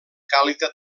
càlida